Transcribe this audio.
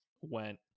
went